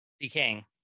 decaying